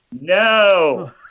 No